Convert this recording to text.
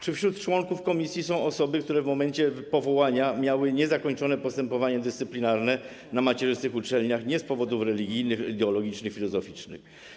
Czy wśród członków komisji są osoby, które w momencie powołania miały niezakończone postępowanie dyscyplinarne na macierzystych uczelniach nie z powodów religijnych, ideologicznych, filozoficznych?